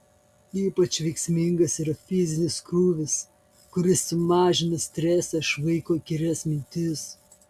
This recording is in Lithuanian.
ypač veiksmingas yra fizinis krūvis kuris sumažina stresą išvaiko įkyrias mintis